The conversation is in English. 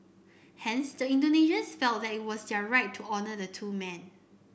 hence the Indonesians felt that it was their right to honour the two men